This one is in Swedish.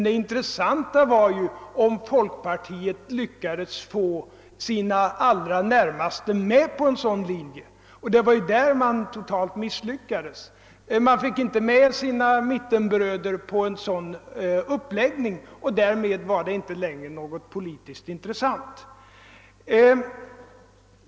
Det intressanta var om folkpartiet skulle lyckas få sina allra närmaste med på en sådan linje, men därvidlag misslyckades man ju totalt. Man fick inte med sina mittenbröder på en sådan uppläggning, och därmed var saken inte längre politiskt intressant.